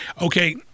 okay